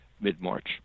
mid-March